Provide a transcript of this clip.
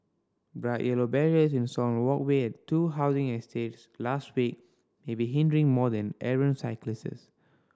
bright yellow barriers installed on walkway at two housing estates last week may be hindering more than errant cyclists